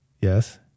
Yes